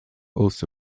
also